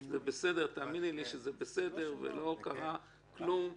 תאמיני לי שזה בסדר ולא קרה כלום.